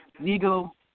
legal